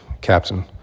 captain